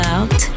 Out